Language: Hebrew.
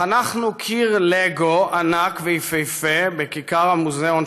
חנכנו קיר לגו ענק ויפהפה בכיכר מוזיאון